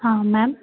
हाँ मैम